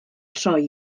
troi